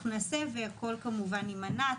נעשה, והכל כמובן עם אנ"צ.